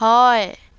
হয়